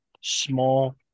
small